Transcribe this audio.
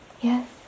Yes